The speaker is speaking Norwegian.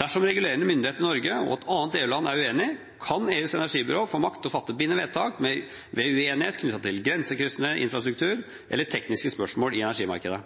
Dersom regulerende myndighet i Norge og et annet EU-land er uenige, kan EUs energibyrå få makt til å fatte bindende vedtak ved uenighet knyttet til grensekryssende infrastruktur eller tekniske spørsmål i energimarkedet.